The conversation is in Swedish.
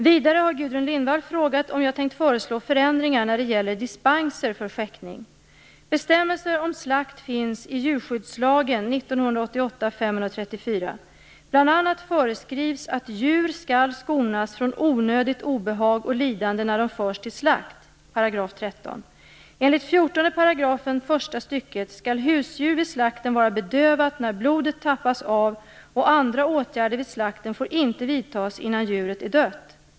Vidare har Gudrun Lindvall frågat om jag tänkt föreslå förändringar när det gäller dispenser för skäktning. . Enligt 14 § första stycket skall husdjur vid slakten vara bedövat när blodet tappas av och andra åtgärder vid slakten får inte vidtas innan djuret är dött.